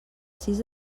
sis